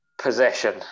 possession